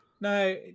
No